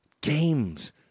Games